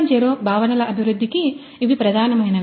0 భావనల అభివృద్ధికి ఇవి ప్రధానమైనవి